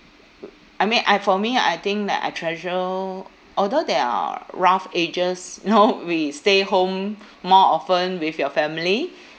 I mean I for me I think that I treasure although there are rough edges you know we stay home more often with your family